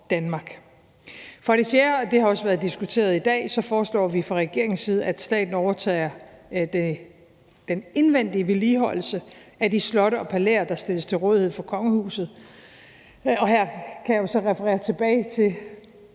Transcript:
14:08 For det fjerde, og det har også været diskuteret i dag, foreslår vi fra regeringens side, at staten overtager den indvendige vedligeholdelse af de slotte og palæer, der stilles til rådighed for kongehuset. Og her kan jeg så igen referere til,